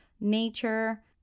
nature